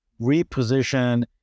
reposition